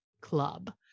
club